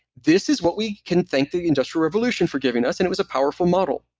this is what we can thank the industrial revolution for giving us, and it was a powerful model.